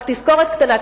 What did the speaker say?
רק תזכורת קטנה,